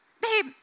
Babe